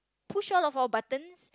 push all of our buttons